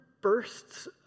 bursts